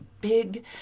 big